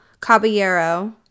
Caballero